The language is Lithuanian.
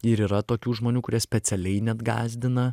ir yra tokių žmonių kurie specialiai net gąsdina